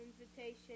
invitation